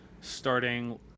starting